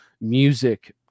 music